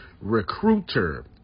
recruiter